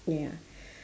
ya